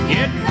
Get